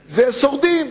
שורדים: